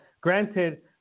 granted